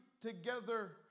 together